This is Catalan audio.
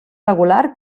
regular